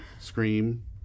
Scream